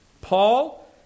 Paul